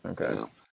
Okay